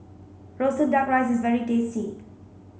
roasted duck rice is very tasty